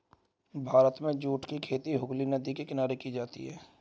भारत में जूट की खेती हुगली नदी के किनारे की जाती है